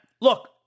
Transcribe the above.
look